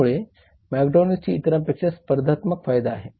त्यामुळे मॅकडोनाल्ड्सचा इतरांपेक्षा स्पर्धात्मक फायदा आहे